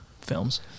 films